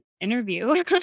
interview